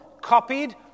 copied